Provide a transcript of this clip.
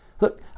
Look